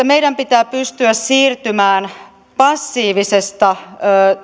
meidän pitää pystyä siirtymään passiivisesta